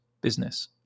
business